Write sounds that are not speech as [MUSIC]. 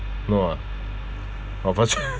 no ah of course [LAUGHS]